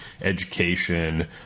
education